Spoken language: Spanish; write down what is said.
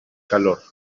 calor